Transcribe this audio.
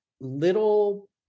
little